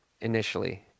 initially